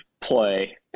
play